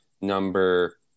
number